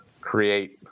create